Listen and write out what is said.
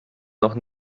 noch